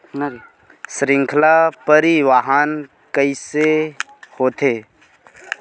श्रृंखला परिवाहन कइसे होथे?